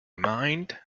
mind